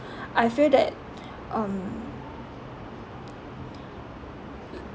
I feel that um